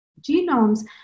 genomes